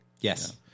Yes